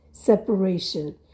separation